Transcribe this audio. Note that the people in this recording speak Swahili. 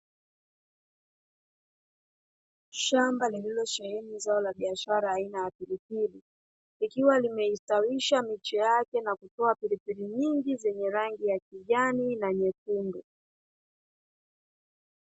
Shamba lililosheheni zao la biashara aina ya pilipili, likiwa limestawisha miche yake na kutoa pilpili nyingi zenye rangi ya kijani na nyekundu.